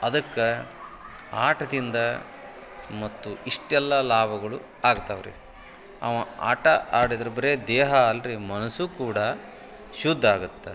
ಅದಕ್ಕೆ ಆಟದಿಂದ ಮತ್ತು ಇಷ್ಟೆಲ್ಲ ಲಾಭಗಳು ಆಗ್ತಾವೆ ರಿ ಅವ ಆಟ ಆಡಿದರೆ ಬರೇ ದೇಹ ಅಲ್ಲ ರಿ ಮನಸ್ಸೂ ಕೂಡ ಶುದ್ಧ ಆಗುತ್ತೆ